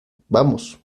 vamos